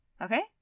okay